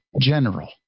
general